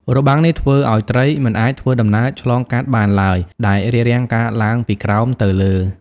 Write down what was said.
របាំងនេះធ្វើឱ្យត្រីមិនអាចធ្វើដំណើរឆ្លងកាត់បានឡើយដែលរារាំងការឡើងពីក្រោមទៅលើ។